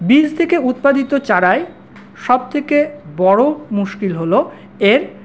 বীজ থেকে উৎপাদিত চারায় সব থেকে বড়ো মুশকিল হল এর